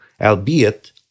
albeit